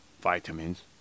Vitamins